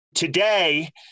Today